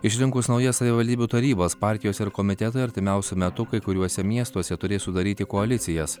išrinkus naujas savivaldybių tarybas partijos ir komitetai artimiausiu metu kai kuriuose miestuose turės sudaryti koalicijas